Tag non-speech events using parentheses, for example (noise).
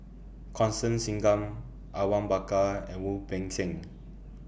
Constance Singam Awang Bakar and Wu Peng Seng (noise)